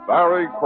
Barry